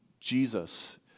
Jesus